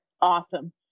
awesome